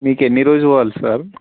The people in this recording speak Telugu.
మీకు ఎన్ని రోజు పోవాలి సార్